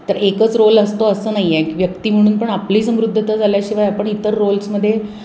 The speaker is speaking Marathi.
तर एकच रोल असतो असं नाही आहे व्यक्ती म्हणून पण आपली समृद्धता झाल्याशिवाय आपण इतर रोल्समध्ये